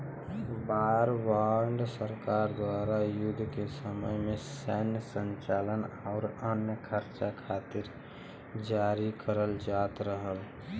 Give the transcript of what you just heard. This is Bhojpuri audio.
वॉर बांड सरकार द्वारा युद्ध के समय में सैन्य संचालन आउर अन्य खर्चा खातिर जारी करल जात रहल